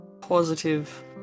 positive